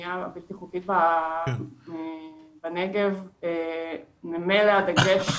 הבניה הבלתי חוקית בנגב ממילא הדגש,